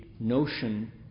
Notion